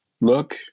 look